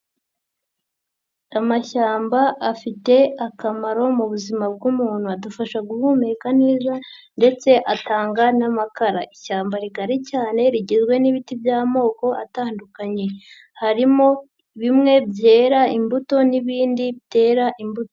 Amashyamba afite akamaro mu buzima bw'umuntu, adufasha guhumeka neza ndetse atanga n'amakara, ishyamba rigari cyane rigizwe n'ibiti by'amoko atandukanye, harimo bimwe byera imbuto n'ibindi bitera imbuto.